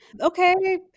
Okay